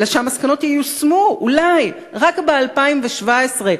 אלא שהמסקנות ייושמו אולי רק ב-2017.